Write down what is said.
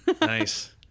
Nice